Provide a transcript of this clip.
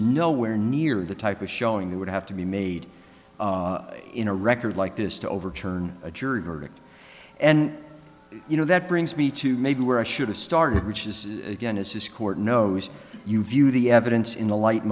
nowhere near the type of showing you would have to be made in a record like this to overturn a jury verdict and you know that brings me to maybe where i should have started which is again is this court knows you view the evidence in the light